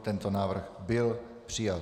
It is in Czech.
Tento návrh byl přijat.